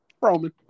Roman